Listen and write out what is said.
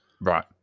Right